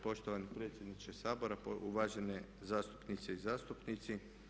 Poštovani predsjedniče Sabora, uvažene zastupnice i zastupnici.